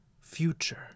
future